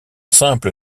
simple